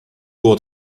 było